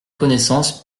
connaissance